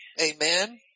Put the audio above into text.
Amen